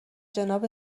جانب